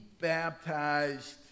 baptized